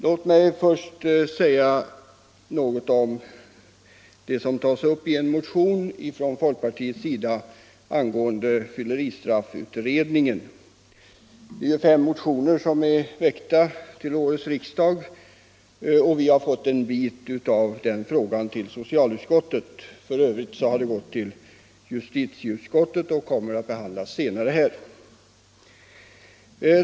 Låt mig först säga någonting om det som tagits upp i en motion från folkpartiet angående fylleristraffutredningen. Det har ju väckts fem motioner i det ärendet till årets riksdag, och vi har fått en bit av frågan att behandla i socialutskottet. I övrigt har motionerna gått till justitieutskottet och kommer att senare behandlas här i kammaren.